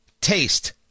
taste